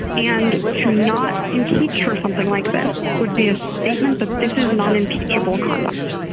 and to not impeach for something like this would be a statement that this is not impeachable conduct.